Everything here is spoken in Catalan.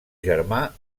germà